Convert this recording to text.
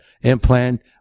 implant